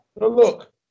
look